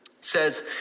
says